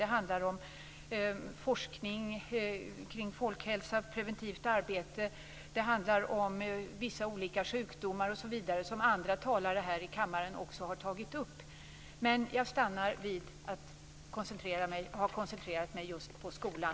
De handlar om forskning kring folkhälsa, preventivt arbete, vissa sjukdomar och annat som andra talare här i kammaren har tagit upp. Men jag stannar vid att ha koncentrerat mig just på skolan.